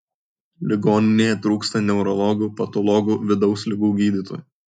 ligoninėje trūksta neurologų patologų vidaus ligų gydytojų